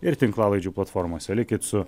ir tinklalaidžių platformose likit su